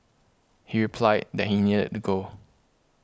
he replied that he needed to go